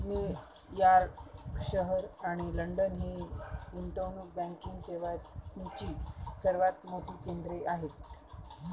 New York शहर आणि London ही गुंतवणूक बँकिंग सेवांची सर्वात मोठी केंद्रे आहेत